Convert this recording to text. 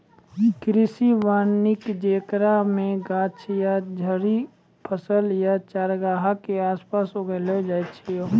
कृषि वानिकी जेकरा मे गाछ या झाड़ि फसल या चारगाह के आसपास उगैलो जाय छै